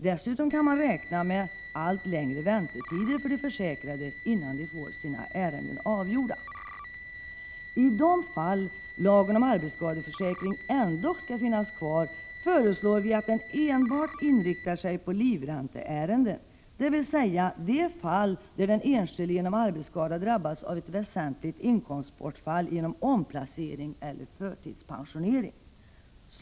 Dessutom kan man räkna med allt längre väntetider för de försäkrade innan de får sina ärenden avgjorda. I de fall LAF ändå skall finnas kvar föreslår vi att den enbart inriktar sig på livränteärenden, dvs. de fall där den enskilde genom arbetsskada drabbats av ett väsentligt inkomstbortfall genom omplacering eller förtidspensionering”.